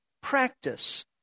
practice